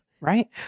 Right